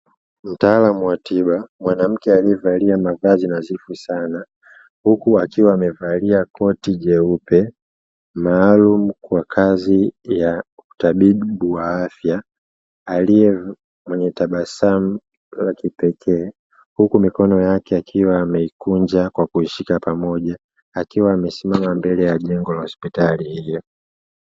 Mtaalamu wa tiba, mwanamke aliyevalia mavazi nadhifu sana, huku akiwa amevalia koti jeupe maalumu kwa kazi ya utabibu wa afya; mwenye tabasamu la kipekee huku mikono yake akiwa ameikunja kwa kuishika pamoja, akiwa amesimama mbele ya jengo la hospitali hiyo.